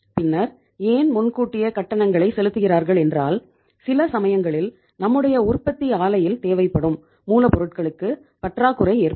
பின்னர் ஏன் முன்கூட்டியே கட்டணங்களை செலுத்துகிறார்கள் என்றால் சில சமயங்களில் நம்முடைய உற்பத்தி ஆலையில் தேவைப்படும் மூல பொருட்களுக்கு பற்றாக்குறை ஏற்படும்